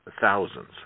thousands